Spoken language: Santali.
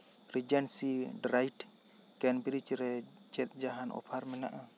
ᱨᱤᱡᱮᱱᱥᱤ ᱰᱨᱟᱭᱤᱴ ᱠᱮᱱᱵᱽᱨᱤᱡᱽ ᱨᱮ ᱪᱮᱫ ᱡᱟᱦᱟᱸᱱ ᱚᱯᱷᱟᱨ ᱢᱮᱱᱟᱜᱼᱟ